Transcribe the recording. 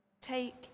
Take